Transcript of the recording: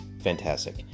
fantastic